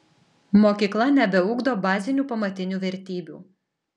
mokykla nebeugdo bazinių pamatinių vertybių